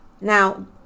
Now